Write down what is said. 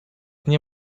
nie